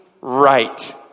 right